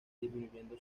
disminuyendo